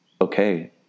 okay